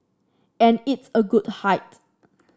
and it's a good height